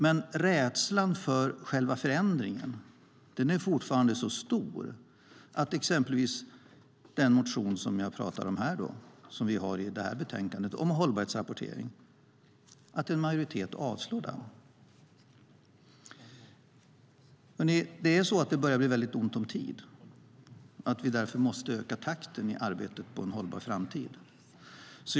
Men rädslan för själva förändringen är fortfarande så stor att en majoritet avslår den motion om hållbarhetsrapportering som finns i det här betänkandet. Det börjar bli ont om tid. Därför måste vi öka takten i arbetet på en hållbar framtid.